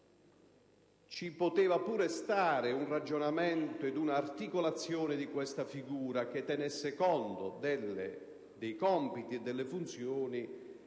si poteva anche considerare un ragionamento ed un'articolazione di questa figura che, tenuto conto dei compiti e delle funzioni,